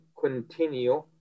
continue